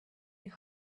with